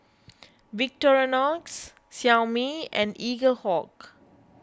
Victorinox Xiaomi and Eaglehawk